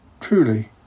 Truly